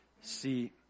See